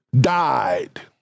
died